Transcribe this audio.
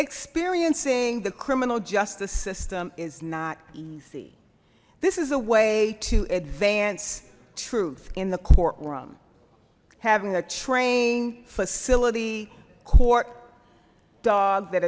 experiencing the criminal justice system is not easy this is a way to advance truth in the courtroom having a training facility court dog that